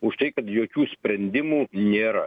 už tai kad jokių sprendimų nėra